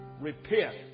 Repent